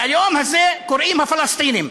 ללאום הזה קוראים הפלסטינים.